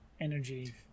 energy